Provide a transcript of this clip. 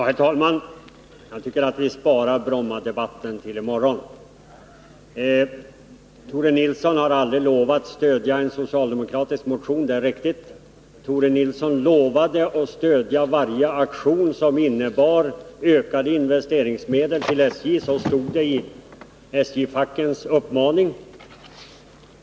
Herr talman! Jag tycker vi skall spara Brommadebatten till i morgon. Tore Nilsson har aldrig lovat att stödja en socialdemokratisk motion, det är riktigt. Tore Nilsson lovade att stödja varje aktion som innebar ökade investeringsmedel till SJ. Så stod det i SJ-fackens uppmaning.